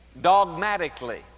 dogmatically